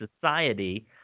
society